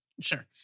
sure